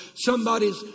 Somebody's